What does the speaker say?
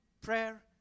Prayer